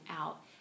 out